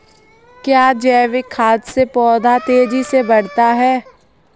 क्या जैविक खाद से पौधा तेजी से बढ़ता है?